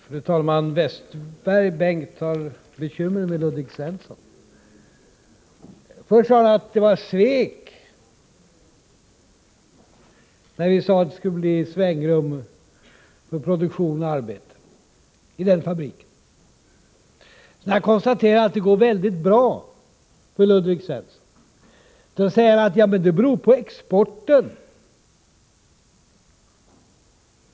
Fru talman! Bengt Westerberg har bekymmer med Ludvig Svensson. Till att börja med anförde han att det var svek när vi sade att det skulle bli svängrum för produktion och arbete i den fabriken. När jag sedan konstaterar att det går mycket bra för Ludvig Svenssons fabrik säger han: Det beror på exporten.